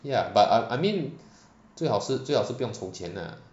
ya but I I mean 最好是最好是不用愁钱 nah